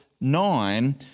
nine